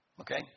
Okay